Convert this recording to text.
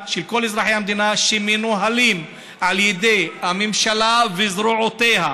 שמנוהלות על ידי הממשלה וזרועותיה.